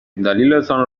دلیلتان